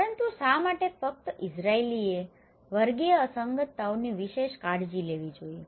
પરંતુ શા માટે ફક્ત ઇઝરાઇલીએ વર્ગીય અસંગતતાઓની વિશેષ કાળજી લેવી જોઈએ